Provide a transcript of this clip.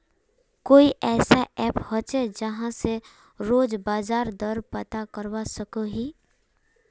कोई ऐसा ऐप होचे जहा से रोज बाजार दर पता करवा सकोहो ही?